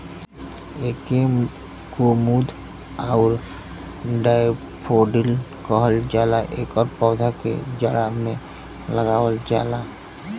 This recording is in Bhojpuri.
एके कुमुद आउर डैफोडिल कहल जाला एकर पौधा के जाड़ा में लगावल जाला